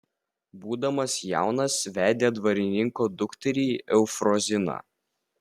būdamas jaunas vedė dvarininko dukterį eufroziną